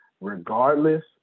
regardless